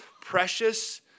precious